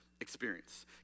experience